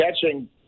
catching